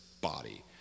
body